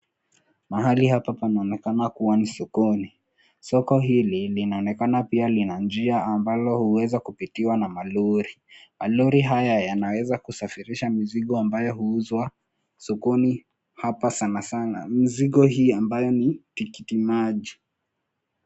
Mahali hapa panaonekana kuwa ni sokoni, soko hili linaonekana pia lina njia ambalo huweza kupitiwa na malori, malori haya yanaweza kusafirisha mizigo ambayo huuzwa, sokoni hapa sanasana, mzigo hii ambayo ni tikitimaji.